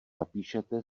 napíšete